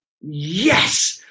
yes